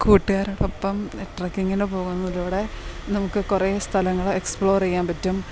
കൂട്ടുകാരോടൊപ്പം ട്രക്കിങ്ങിന് പോകുന്നതിലൂടെ നമുക്ക് കുറേ സ്ഥലങ്ങൾ എക്സ്പ്ലോറ് ചെയ്യാൻ പറ്റും